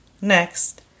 Next